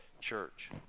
church